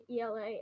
ELA